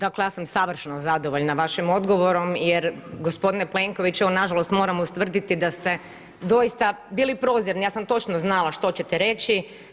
Dakle, ja sam savršeno zadovoljna vašim odgovorom, jer gospodine Plenković, evo nažalost moram ustvrditi da ste doista bili prozirni, ja sam točno znala što ćete reći.